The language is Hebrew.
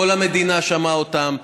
כל המדינה שמעה אותם.